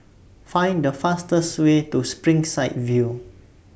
Find The fastest Way to Springside View